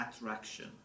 attraction